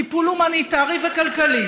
טיפול הומניטרי וכלכלי